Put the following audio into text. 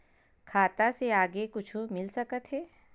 खाता से आगे कुछु मिल सकथे?